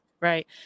right